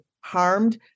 harmed